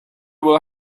will